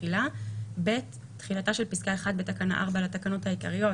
התחילה); (ב) תחילתה של פסקה (1) בתקנה 4 לתקנות העיקריות